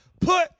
Put